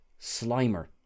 Slimer